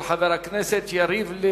התקבלה ותועבר